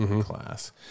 class